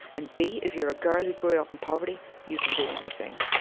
and b. if you were a girl who grew up in poverty you can do anything.